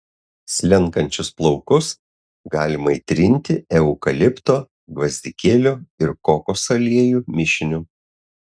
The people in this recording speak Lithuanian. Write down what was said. slenkančius plaukus galima įtrinti eukalipto gvazdikėlių ir kokosų aliejų mišiniu